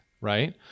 right